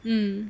mm